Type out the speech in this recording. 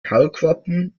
kaulquappen